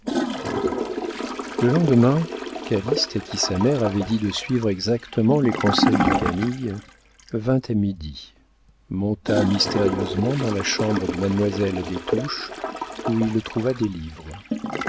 le lendemain calyste à qui sa mère avait dit de suivre exactement les conseils de camille vint à midi monta mystérieusement dans la chambre de mademoiselle des touches où il trouva des livres